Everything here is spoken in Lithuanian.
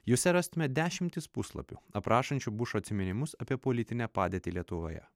juose rastume dešimtis puslapių aprašančių bušo atsiminimus apie politinę padėtį lietuvoje